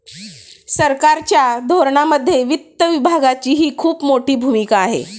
सरकारच्या धोरणांमध्ये वित्त विभागाचीही खूप मोठी भूमिका आहे